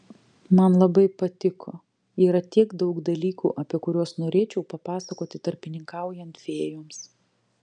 man labai patiko yra tiek daug dalykų apie kuriuos norėčiau papasakoti tarpininkaujant fėjoms